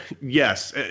Yes